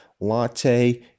latte